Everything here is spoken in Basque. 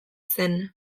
zen